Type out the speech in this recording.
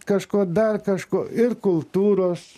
kažko dar kažko ir kultūros